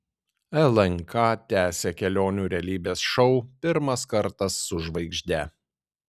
lnk tęsia kelionių realybės šou pirmas kartas su žvaigžde